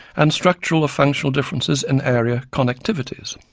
and structural or functional differences in area connectivities.